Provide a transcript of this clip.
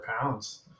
pounds